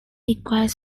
requires